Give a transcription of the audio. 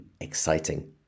exciting